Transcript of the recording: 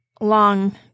long